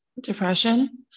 depression